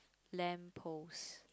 lamp post